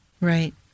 Right